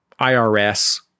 IRS